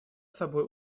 собой